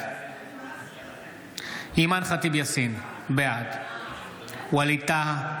בעד אימאן ח'טיב יאסין, בעד ווליד טאהא,